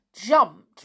jumped